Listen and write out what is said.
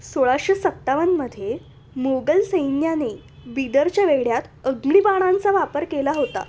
सोळाशे सत्तावनमध्ये मोगल सैन्याने बिदरच्या वेढ्यात अग्निबाणांचा वापर केला होता